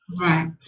right